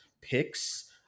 picks